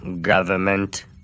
government